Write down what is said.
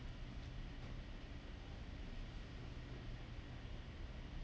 oh